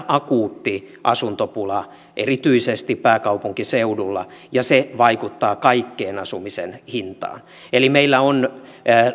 akuutti asuntopula erityisesti pääkaupunkiseudulla ja se vaikuttaa kaikkeen asumisen hintaan eli meillä on